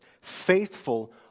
Faithful